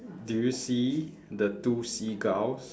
do you see the two seagulls